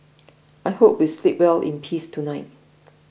I hope we sleep well in peace tonight